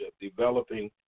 developing